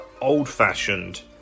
old-fashioned